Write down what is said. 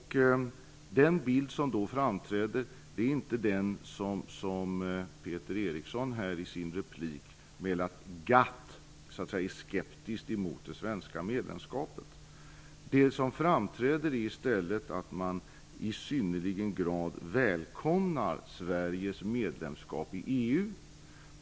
Den bild som då framträder är inte den som Peter Eriksson här i sin replik ger, att GATT är skeptiskt till det svenska medlemskapet. Det som i stället framträder är att man i synnerlig grad välkomnar Sveriges medlemskap i EU.